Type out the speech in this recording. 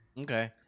Okay